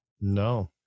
No